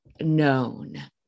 known